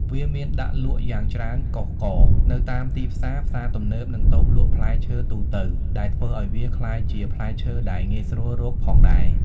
វាមានដាក់លក់យ៉ាងច្រើនកុះករនៅតាមទីផ្សារ ផ្សារទំនើប និងតូបលក់ផ្លែឈើទូទៅ ដែលធ្វើឲ្យវាក្លាយជាផ្លែឈើដែលងាយស្រួលរកផងដែរ។